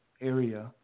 area